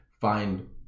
find